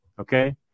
okay